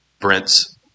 Brent's